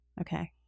Okay